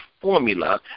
formula